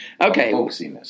Okay